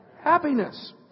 Happiness